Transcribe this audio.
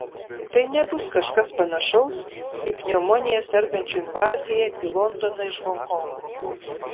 tai nebus kažkas panašaus į pneumonija sergančių invaziją į londoną iš honkongo